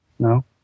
No